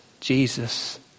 Jesus